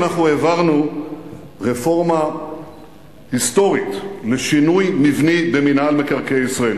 אנחנו העברנו רפורמה היסטורית לשינוי מבני במינהל מקרקעי ישראל.